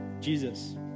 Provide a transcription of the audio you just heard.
Jesus